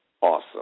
awesome